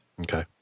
Okay